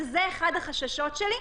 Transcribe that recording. וזה אחת החששות שלי.